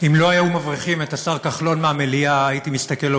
אם לא היו מבריחים את השר כחלון מהמליאה הייתי מסתכל לו